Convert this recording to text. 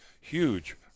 huge